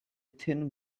thin